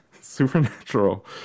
Supernatural